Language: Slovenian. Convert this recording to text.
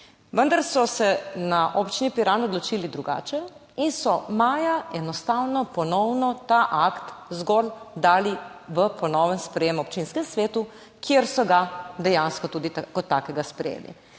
Vendar so se na Občini Piran odločili drugače in so maja enostavno ponovno ta akt zgolj dali v ponovno sprejetje na občinskem svetu, kjer so ga dejansko tudi kot takega sprejeli.